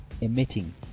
emitting